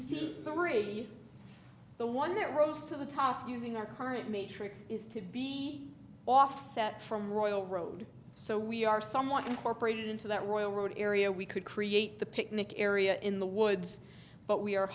worry the one that rose to the top using our current matrix is to be offset from royal road so we are somewhat incorporated into that royal road area we could create the picnic area in the woods but we are